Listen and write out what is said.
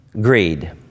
greed